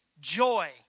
Joy